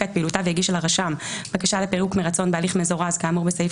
את פעילותה והגישה לרשם בקשה לפירוק מרצון בהליך מזורז כאמור בסעיף